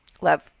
love